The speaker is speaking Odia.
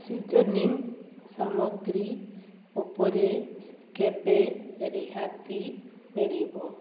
ସିଜନିଂ ସାମଗ୍ରୀ ଉପରେ କେବେ ରିହାତି ମିଳିବ